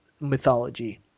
mythology